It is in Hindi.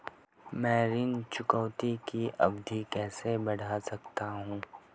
मैं ऋण चुकौती की अवधि कैसे बढ़ा सकता हूं?